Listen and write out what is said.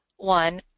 one,